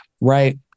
right